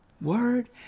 word